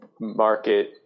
Market